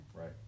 Right